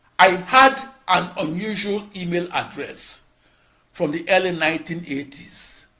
i had an unusual email address from the early nineteen eighty s.